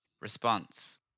response